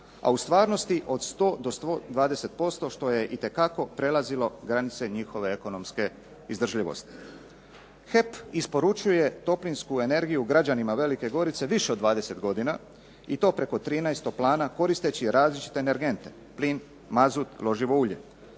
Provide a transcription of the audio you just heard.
a u stvarnosti od 100 do 120% što je itekako prelazilo granice njihove ekonomske izdržljivosti. HEP isporučuje toplinsku energiju građanima Velike Gorice više od 20 godina i to preko 13 toplana koristeći različite energente, plin, mazut, loživo ulje.